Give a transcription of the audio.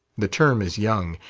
the term is young,